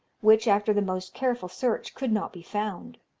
which, after the most careful search, could not be found.